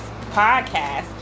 podcast